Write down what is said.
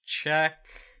check